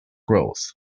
growth